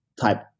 type